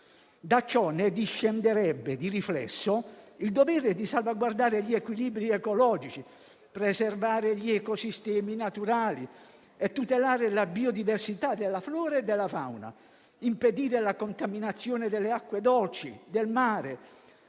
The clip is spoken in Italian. Da ciò discenderebbe, di riflesso, il dovere di salvaguardare gli equilibri ecologici, preservare gli ecosistemi naturali e tutelare la biodiversità della flora e della fauna; impedire la contaminazione delle acque dolci e del mare;